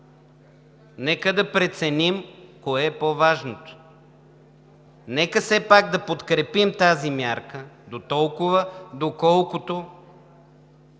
Нека да преценим кое е по-важното! Нека все пак да подкрепим тази мярка дотолкова, доколкото